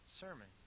sermon